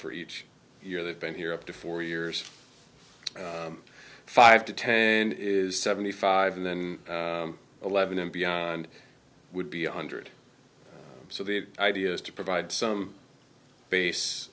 for each year they've been here up to four years five to ten is seventy five and then eleven and beyond would be a hundred so the idea is to provide some base